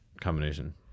combination